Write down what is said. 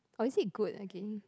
or is it good again